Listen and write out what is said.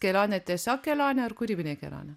kelionė tiesiog kelionė ar kūrybinė kelionė